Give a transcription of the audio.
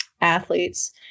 athletes